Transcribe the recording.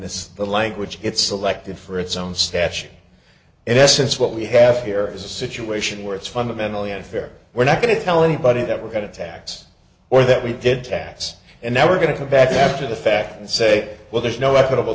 this the language it's selected for its own statute in essence what we have here is a situation where it's fundamentally unfair we're not going to tell anybody that we're going to tax or that we did tax and never going to come back after the fact and say well there's no